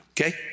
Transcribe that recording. Okay